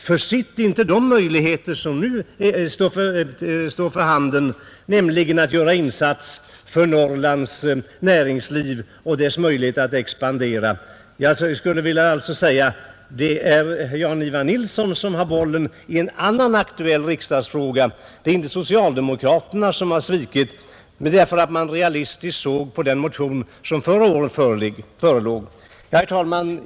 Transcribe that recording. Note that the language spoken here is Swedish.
Försitt inte de möjligheter som nu föreligger att göra insatser för Norrlands näringsliv och dess möjligheter att expandera! Det är herr Jan-Ivan Nilsson som har bollen i en annan aktuell riksdagsfråga. Socialdemokraterna har inte svikit, därför att de såg realistiskt på den motion som förelåg förra året. Herr talman!